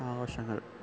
ആഘോഷങ്ങൾ